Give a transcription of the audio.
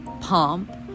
pomp